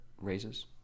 raises